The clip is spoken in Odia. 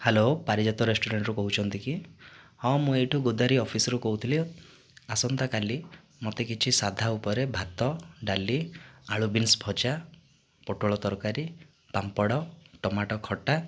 ହ୍ୟାଲୋ ପାରିଜାତ ରେଷ୍ଟୁରାଣ୍ଟରୁ କହୁଛନ୍ତି କି ହଁ ମୁଁ ଏହିଠୁ ଗୋଦାରି ଅଫିସରୁ କହୁଥିଲି ଆସନ୍ତା କାଲି ମୋତେ କିଛି ସାଧା ଉପରେ ଭାତ ଡାଲି ଆଳୁ ବିନ୍ସ ଭଜା ପୋଟଳ ତରକାରୀ ପାମ୍ପଡ଼ ଟମାଟୋ ଖଟା